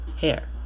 hair